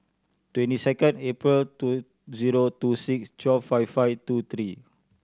twenty second April two zero two six twelve five five two three